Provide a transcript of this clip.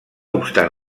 obstant